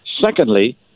Secondly